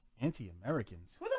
Anti-Americans